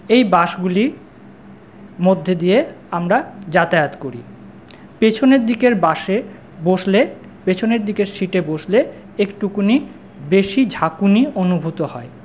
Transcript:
এই বাসগুলি মধ্যে দিয়ে আমরা যাতায়াত করি পেছনের দিকের বাসে বসলে পেছনের দিকের সিটে বসলে একটুকুনি বেশি ঝাঁকুনি অনুভূত হয়